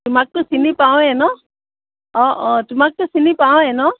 তোমাকটো চিনি পাওঁৱে ন অঁ অঁ তোমাকটো চিনি পাওঁৱে ন